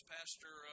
Pastor